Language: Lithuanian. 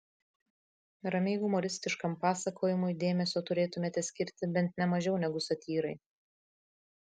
ramiai humoristiškam pasakojimui dėmesio turėtumėme skirti bent ne mažiau negu satyrai